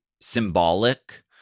symbolic